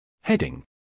Heading